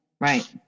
Right